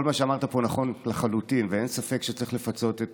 כל מה שאמרת פה נכון לחלוטין ואין ספק שצריך לפצות את